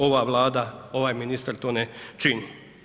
Ova Vlada, ovaj ministar to ne čini.